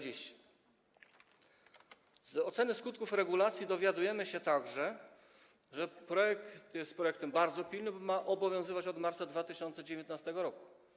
Z oceny skutków regulacji dowiadujemy się także, że projekt jest projektem bardzo pilnym, bo ma obowiązywać od marca 2019 r.